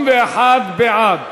61 בעד,